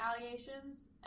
allegations